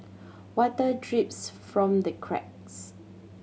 water drips from the cracks